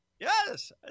yes